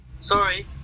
sorry